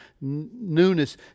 newness